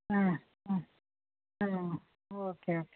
ಹಾಂ ಹ್ಞೂ ಹ್ಞೂ ಓಕೆ ಓಕೆ